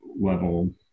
level